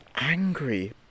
angry